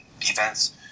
defense